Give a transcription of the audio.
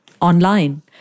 online